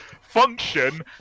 function